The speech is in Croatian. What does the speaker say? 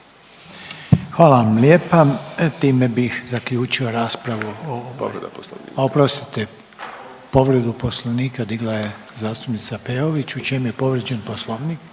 Hvala vam lijepa. Time bih zaključio raspravu…/Upadica: Povreda poslovnika/… a oprostite, povredu poslovnika digla je zastupnica Peović, u čem je povrijeđen poslovnik?